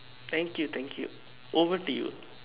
thank you thank you over to you